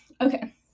Okay